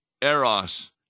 eros